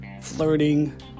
flirting